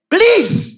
Please